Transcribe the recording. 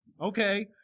okay